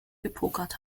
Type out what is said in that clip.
gepokert